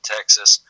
Texas